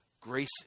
Grace